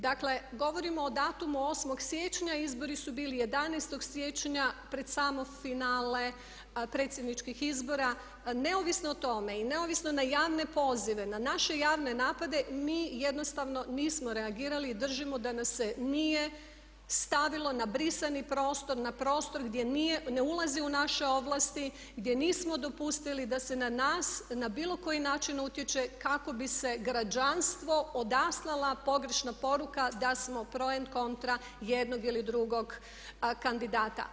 Dakle govorimo o datumu 8.siječnja, izbori su bili 11.siječnja pred samo finale predsjedničkih izbora neovisno o tome i neovisno na javne pozive, na naše javne napade mi jednostavno nismo reagirali i držimo da nas se nije stavilo na brisani prostor, na prostor gdje nije, gdje ne ulazi u naše ovlasti, gdje nismo dopustili da se na nas na bilo koji način utječe kako bi se građanstvu odaslala pogrešna poruka da smo … kontra jednog ili drugog kandidata.